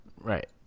Right